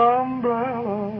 umbrella